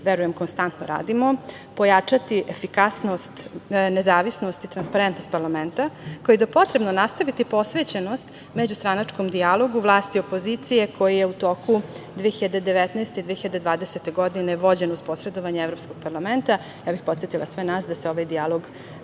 verujem, konstantno radimo, pojačati efikasnost nezavisnost i transparentnost parlamenta, kao i da je potrebno nastaviti posvećenost međustranačkom dijalogu vlasti i opozicije, koji je u toku 2019/20. godine vođen uz posredovanje Evropskog parlamenta. Podsetila bih sve nas da se ovaj dijalog